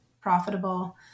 profitable